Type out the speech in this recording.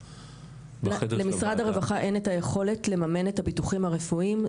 למשרד הרווחה אין את היכולת לממן את הביטוחים הרפואיים.